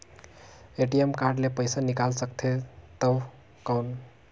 ATM card ले पइसा निकाल सकथे थव कौन?